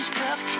tough